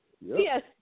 yes